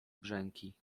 brzęki